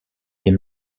est